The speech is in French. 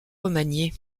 remanié